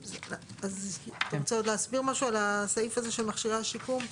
אתה רוצה עוד להסביר משהו על הסעיף הזה של מכשירי השיקום?